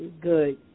Good